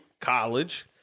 college